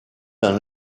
dans